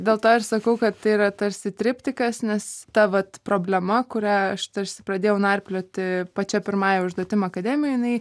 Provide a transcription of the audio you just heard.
dėl to ir sakau kad tai yra tarsi triptikas nes ta vat problema kurią aš tarsi pradėjau narplioti pačia pirmąja užduotim akademijoj jinai